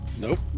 Nope